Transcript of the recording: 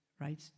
right